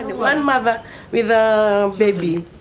one mother with a baby,